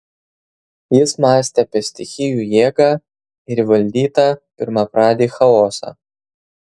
jis mąstė apie stichijų jėgą ir įvaldytą pirmapradį chaosą